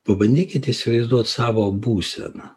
pabandykit įsivaizduot savo būseną